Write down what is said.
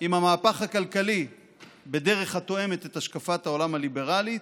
עם המהפך הכלכלי בדרך התואמת את השקפת העולם הליברלית,